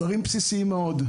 אלה דברים בסיסיים מאוד,